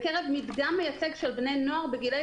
הסקר התקיים בקרב מדגם מייצג של בני נוער בגילאי